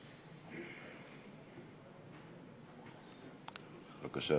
בבקשה,